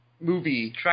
movie